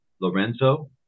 Lorenzo